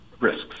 risks